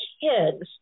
kids